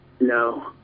No